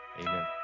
Amen